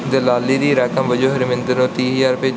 ਦਲਾਲੀ ਦੀ ਰਕਮ ਵਜੋਂ ਹਰਮਿੰਦਰ ਨੂੰ ਤੀਹ ਹਜ਼ਾਰ ਰੁਪਏ ਭੇਜੋ